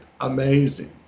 amazing